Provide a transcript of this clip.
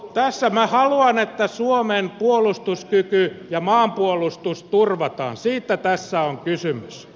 tässä minä haluan että suomen puolustuskyky ja maanpuolustus turvataan siitä tässä on kysymys